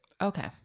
Okay